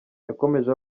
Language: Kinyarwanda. yakomeje